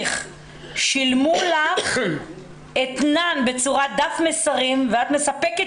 שילמו לך אתנן בצורת דף מסרים ואת מספקת